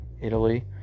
Italy